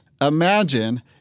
Imagine